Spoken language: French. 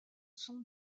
son